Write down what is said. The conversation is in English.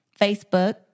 Facebook